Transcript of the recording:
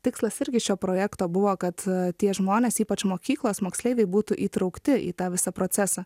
tikslas irgi šio projekto buvo kad tie žmonės ypač mokyklos moksleiviai būtų įtraukti į tą visą procesą